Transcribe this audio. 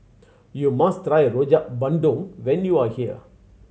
you must try Rojak Bandung when you are here